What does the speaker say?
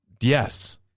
Yes